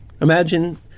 Imagine